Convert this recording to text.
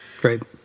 Great